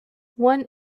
one